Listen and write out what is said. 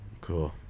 Cool